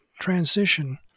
transition